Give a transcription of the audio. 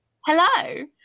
hello